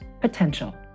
potential